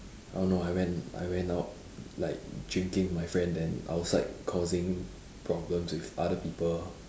I don't know I went I went out like drinking with my friend then outside causing problems with other people